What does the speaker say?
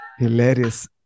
Hilarious